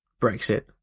Brexit